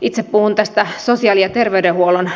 itse puhun sosiaali ja terveydenhuollon